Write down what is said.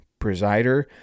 presider